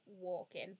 walking